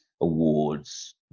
awards